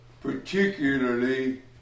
particularly